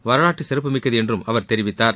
வரலாற்றுச்சிறப்புமிக்கது என்றும் அவர் தெரிவித்தார்